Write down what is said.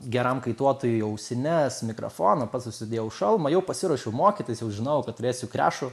geram kaituotojui ausines mikrofoną pats užsidėjau šalmą jau pasiruošiau mokytis jau žinojau kad turėsiu krešų